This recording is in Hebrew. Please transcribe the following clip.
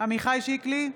עמיחי שיקלי,